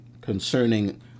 concerning